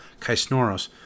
Kaisnoros